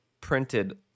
printed